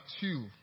two